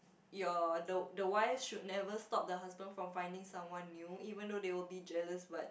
your the the wife should never stop the husband from finding someone new even though they will be jealous but